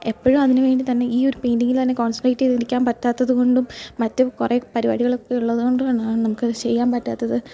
എപ്പോഴും അതിന് വേണ്ടി തന്നെ ഈ ഒരു പെയിൻറ്റിങ്ങിൽ തന്നെ കോൺസെൻട്രേറ്റ് ചെയ്തിരിക്കാൻ പറ്റാത്തത് കൊണ്ടും മറ്റും കുറെ പരിപാടികളൊക്കെ ഉള്ളത് കൊണ്ടുമാണ് നമുക്കത് ചെയ്യാൻ പറ്റാത്തത്